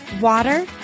water